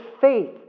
faith